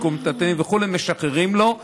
עיקול מיטלטלין וכו' משחררים לו.